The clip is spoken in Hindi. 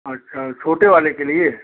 अच्छा छोटे वाले के लिए